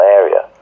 area